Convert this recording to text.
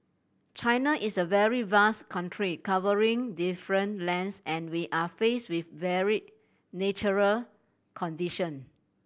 China is a very vast country covering different lands and we are faced with varied natural condition